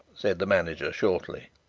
said the manager shortly.